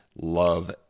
love